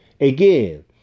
Again